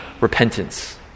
repentance